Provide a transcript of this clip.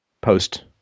post